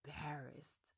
embarrassed